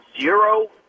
zero